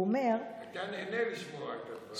הוא אומר שכל, אתה נהנה לשמוע את הדברים.